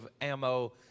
ammo